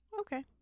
Okay